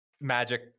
magic